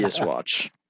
watch